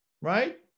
Right